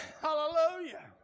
hallelujah